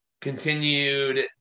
continued